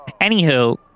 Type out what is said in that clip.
Anywho